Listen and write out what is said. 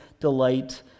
delight